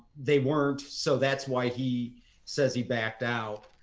they weren't so that's why he says he backed out.